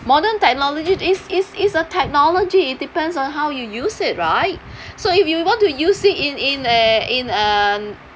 modern technology is is is a technology it depends on how you use it right so if you want to use it in in a in a